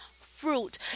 fruit